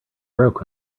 broke